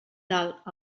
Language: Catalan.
dalt